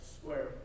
swear